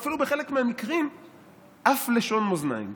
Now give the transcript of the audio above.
ובחלק מהמקרים אף לשון מאזניים.